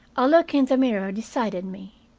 a look in the mirror decided me.